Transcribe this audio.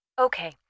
Okay